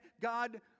God